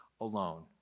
alone